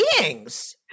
beings